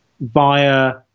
via